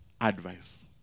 advice